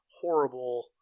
horrible